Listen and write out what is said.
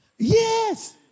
yes